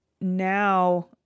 now